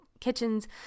kitchens